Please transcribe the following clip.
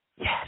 Yes